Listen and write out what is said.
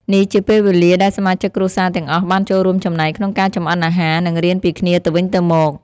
នេះជាពេលវេលាដែលសមាជិកគ្រួសារទាំងអស់បានចូលរួមចំណែកក្នុងការចម្អិនអាហារ និងរៀនពីគ្នាទៅវិញទៅមក។